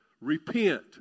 repent